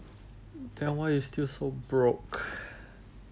then why you still so broke